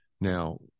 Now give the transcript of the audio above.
Now